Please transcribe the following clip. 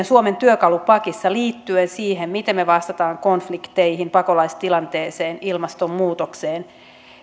suomen työkalupakissa liittyen siihen miten me vastaamme konflikteihin pakolaistilanteeseen ilmastonmuutokseen